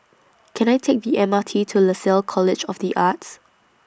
Can I Take The M R T to Lasalle College of The Arts